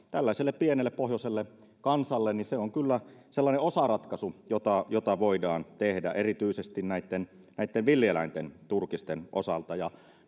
tällaiselle pienelle pohjoiselle kansalle se on kyllä sellainen osaratkaisu jota jota voidaan käyttää erityisesti näitten näitten villieläinten turkisten osalta ja